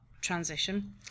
transition